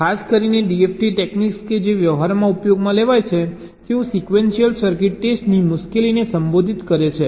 ખાસ કરીને DFT techniques કે જે વ્યવહારમાં ઉપયોગમાં લેવાય છે તેઓ સિક્વેન્શિયલ સર્કિટ ટેસ્ટની મુશ્કેલીને સંબોધિત કરે છે